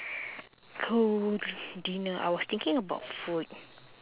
go dinner I was thinking about food